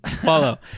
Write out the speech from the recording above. Follow